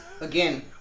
Again